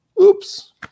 oops